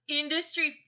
industry